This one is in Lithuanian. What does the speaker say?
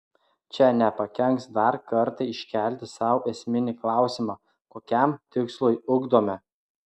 čia nepakenks dar kartą iškelti sau esminį klausimą kokiam tikslui ugdome